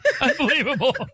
Unbelievable